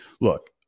Look